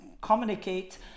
communicate